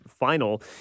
Final